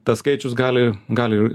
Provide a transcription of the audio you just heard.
tas skaičius gali gali